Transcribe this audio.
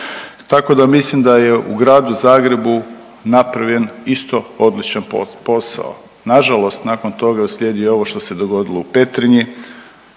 Tako da mislim da je u Gradu Zagrebu napravljen isto odlučan posao. Nažalost nakon toga je uslijedilo ovo što se dogodilo u Petrinji